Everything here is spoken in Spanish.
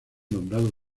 nombrado